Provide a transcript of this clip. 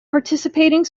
participating